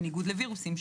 בניגוד לווירוסים,